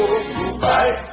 goodbye